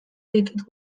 ditut